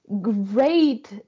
great